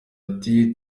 ati